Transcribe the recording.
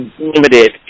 limited